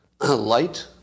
Light